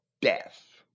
death